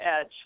edge